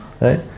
right